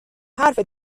حرف